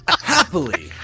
happily